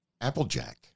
Applejack